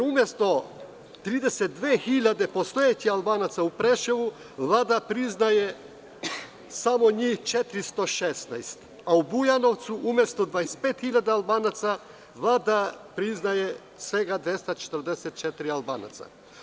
Umesto 32 hiljade postojećih Albanaca u Preševu, Vlada priznaje samo njih 416, a u Bujanovcu umesto 25 hiljada Albanaca, Vlada priznaje svega 244 Albanaca.